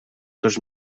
dos